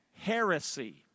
Heresy